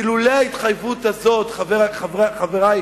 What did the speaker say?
כי לולא ההתחייבות הזאת, חברי